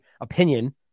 opinion